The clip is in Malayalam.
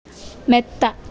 മെത്ത